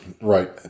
Right